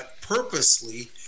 purposely